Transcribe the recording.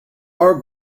our